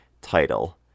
title